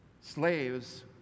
slaves